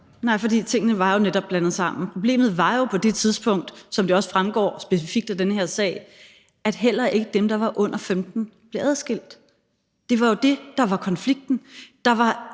Nej, for tingene var jo netop blandet sammen. Problemet var jo på det tidspunkt, som det også fremgår specifikt af den her sag, at heller ikke dem, der var under 15 år, blev adskilt. Det var jo det, der var konflikten.